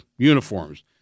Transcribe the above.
uniforms